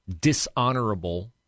dishonorable